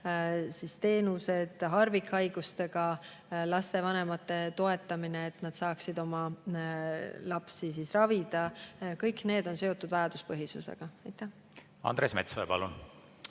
laste teenused, harvikhaigustega laste vanemate toetamine, et nad saaksid oma lapsi ravida – kõik need on seotud vajaduspõhisusega. Andres Metsoja, palun!